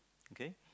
okay